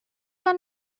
your